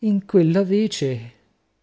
in quella vece